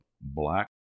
black